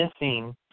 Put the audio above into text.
missing